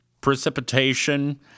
precipitation